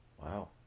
Wow